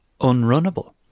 unrunnable